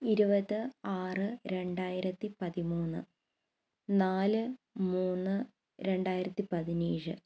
ഇരുപത് ആറ് രണ്ടായിരത്തി പതിമൂന്ന് നാല് മൂന്ന് രണ്ടായിരത്തി പതിനേഴ്